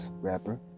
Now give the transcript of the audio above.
rapper